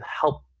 help